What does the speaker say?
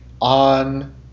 on